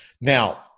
Now